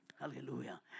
Hallelujah